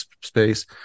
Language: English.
space